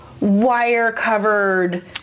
wire-covered